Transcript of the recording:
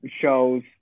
shows